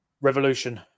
revolution